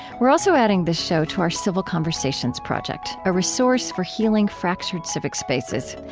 we're also adding this show to our civil conversations project a resource for healing fractured civic spaces.